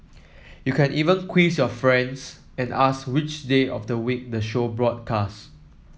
you can even quiz your friends and ask which day of the week the show was broadcast